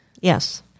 Yes